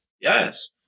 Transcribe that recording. Yes